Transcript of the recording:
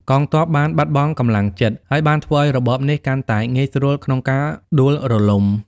កងទ័ពបានបាត់បង់កម្លាំងចិត្ដ ហើយបានធ្វើឲ្យរបបនេះកាន់តែងាយស្រួលក្នុងការដួលរលំ។